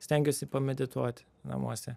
stengiuosi pamedituoti namuose